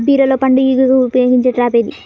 బీరలో పండు ఈగకు ఉపయోగించే ట్రాప్ ఏది?